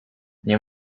nie